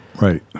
right